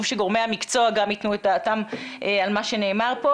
שגורמי המקצוע גם ייתנו את דעתם על מה שנאמר פה.